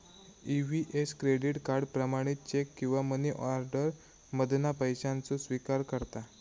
EVS credit card, प्रमाणित cheque किंवा money order मधना पैशाचो स्विकार करता